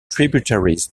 tributaries